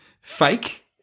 fake